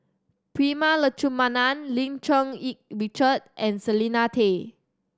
Prema Letchumanan Lim Cherng Yih Richard and Selena Tan